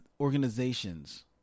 organizations